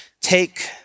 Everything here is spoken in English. Take